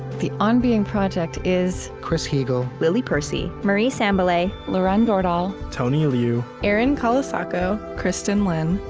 the on being project is chris heagle, lily percy, marie sambilay, lauren dordal, tony liu, erin colasacco, kristin lin,